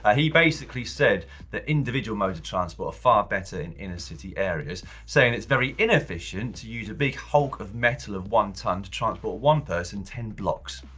ah he basically said that individual motor transport are far better in inner city areas, saying it's very inefficient to use a big hulk of metal of one ton to transport one person ten blocks.